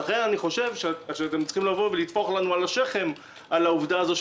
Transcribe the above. לכן אני חושב שאתם צריכים לטפוח לנו על השכם על העובדה הזו,